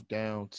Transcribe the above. down